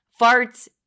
Farts